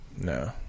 no